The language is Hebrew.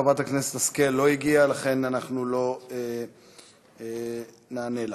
חברת הכנסת השכל לא הגיעה, לכן אנחנו לא נענה לה